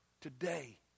today